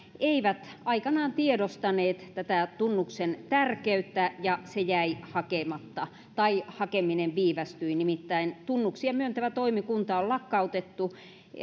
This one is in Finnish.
eivät aikanaan tiedostaneet tätä tunnuksen tärkeyttä ja se jäi hakematta tai hakeminen viivästyi nimittäin tunnuksia myöntävä toimikunta on lakkautettu